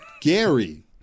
Gary